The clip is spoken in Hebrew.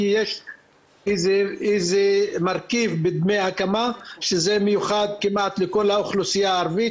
כי יש מרכיב בדמי הקמה שזה מיוחד כמעט לכל האוכלוסייה הערבית,